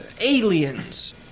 aliens